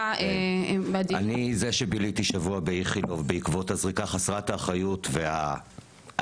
אני זה שביליתי שבוע באיכילוב בעקבות הזריקה חסרת האחריות והאלימה.